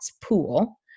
Pool